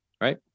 Right